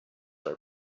are